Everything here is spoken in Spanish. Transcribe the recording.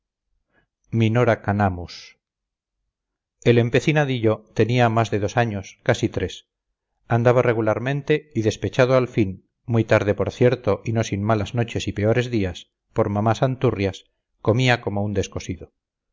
cervantes minora canamus el empecinadillo tenía más de dos años casi tres andaba regularmente y despechado al fin muy tarde por cierto y no sin malas noches y peores días por mamá santurrias comía como un descosido